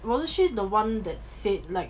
wasn't she's the one that said